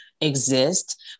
exist